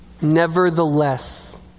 Nevertheless